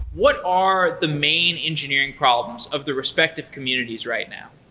what are the main engineering problems of the respective communities right now?